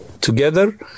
Together